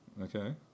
okay